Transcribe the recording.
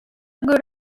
good